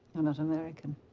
and not american.